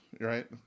right